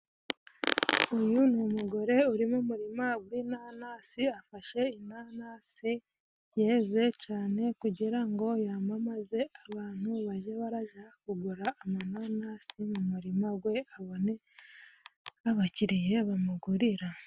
Uyu ni umugore uri mu murima gw'inanasi, afashe inanasi yeze cane kugira ngo yamamaze, abantu baje baraja kugura amananasi mu murima we abone abakiriya bamugurira.